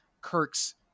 kirk's